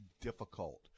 difficult